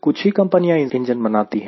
कुछ ही कंपनियां इंजन बनाती है